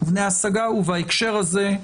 בהקשר הזה,